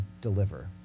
deliver